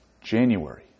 January